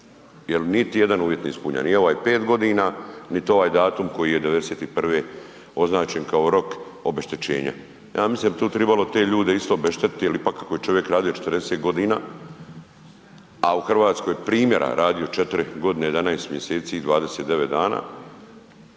jel niti jedan uvjet ne ispunja, ni ovaj 5.g., nit ovaj datum koji je '91. označen kao rok obeštećenja. Ja mislim da bi tu tribalo te ljude isto obeštetiti jel ipak ako je čovjek radio 40.g., a u RH primjera radio 4.g., 11. mjeseci i 29 dana,